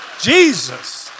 Jesus